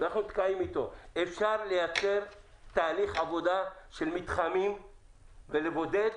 אפשר לייצר תהליך עבודה של מתחמים ולבודד,